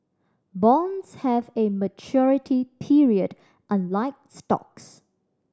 bonds have a maturity period unlike stocks